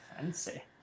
Fancy